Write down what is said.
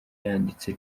yanditse